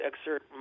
exert